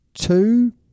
two